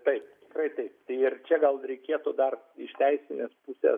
taip tikrai taip ir čia gal reikėtų dar iš teisinės pusės